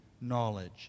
knowledge